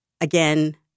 again